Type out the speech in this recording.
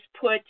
put